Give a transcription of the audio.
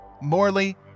Morley